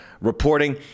reporting